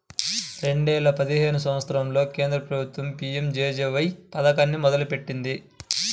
రెండేల పదిహేను సంవత్సరంలో కేంద్ర ప్రభుత్వం పీయంజేజేబీవై పథకాన్ని మొదలుపెట్టింది